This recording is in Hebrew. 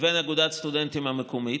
לבין אגודת הסטודנטים המקומית,